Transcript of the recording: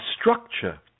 structure